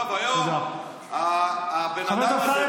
היום הבן אדם הזה,